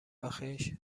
آخیش